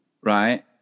right